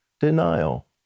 denial